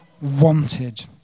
wanted